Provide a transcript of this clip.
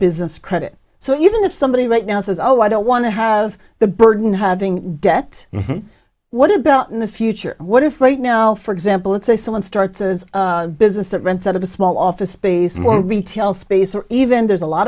business credit so even if somebody right now says oh i don't want to have the burden having debt what about in the future what if right now for example let's say someone starts a business that rents out of a small office space more retail space or even there's a lot